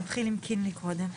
לכולם,